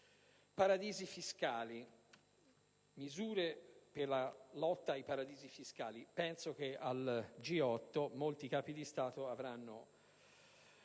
riguarda le misure per la lotta ai paradisi fiscali, penso che al G8 molti Capi di Stato avranno